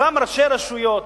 אותם ראשי רשויות,